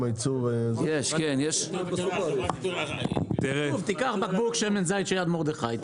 הייצור ה תיקח בקבוק שמן זית של יד מרדכי,